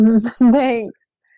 Thanks